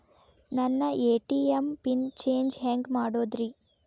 ನನ್ನ ATM pin change ಹೆಂಗ್ ಮಾಡೋದ್ರಿ?